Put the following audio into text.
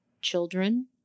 children